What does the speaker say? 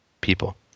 people